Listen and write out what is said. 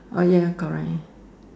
oh ya correct